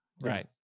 Right